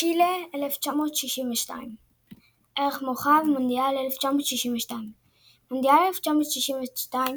צ'ילה 1962 ערך מורחב – מונדיאל 1962 במונדיאל 1962,